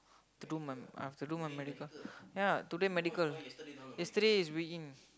to do my I have to do my medical ya today medical yesterday is weighing